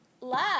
La